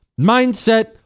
Mindset